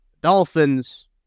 Dolphins